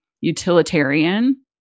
utilitarian